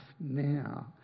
now